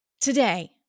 Today